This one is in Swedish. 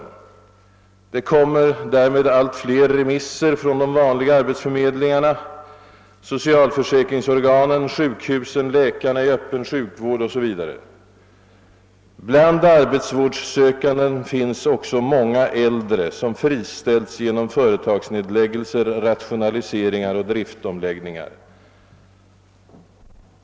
Det kommer som en följd härav allt fler remisser från de vanliga arbetsförmedlingarna, socialförsäkringsorganen, sjukhusen, läkarna i Öppen sjukvård osv. Bland arbetsvårdssökande finns också många äldre, som friställts genom = företagsnedläggelser, rationaliseringar och driftomläggningar.